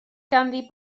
ganddi